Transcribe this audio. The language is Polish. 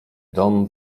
dom